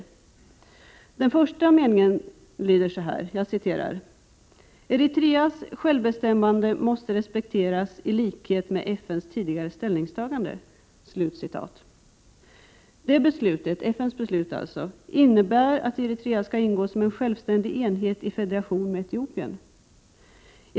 I den första meningen säger man att ”det eritreanska folkets självbestämmande måste respekteras, i likhet med FN:s tidigare ställningstagande i frågan”. FN:s beslut innebär att Eritrea skall ingå som en självständig enhet i federation med Etiopien.